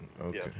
Okay